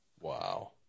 Wow